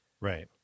Right